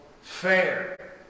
fair